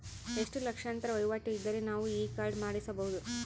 ಎಷ್ಟು ಲಕ್ಷಾಂತರ ವಹಿವಾಟು ಇದ್ದರೆ ನಾವು ಈ ಕಾರ್ಡ್ ಮಾಡಿಸಬಹುದು?